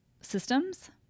systems